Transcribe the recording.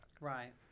Right